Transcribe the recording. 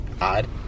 odd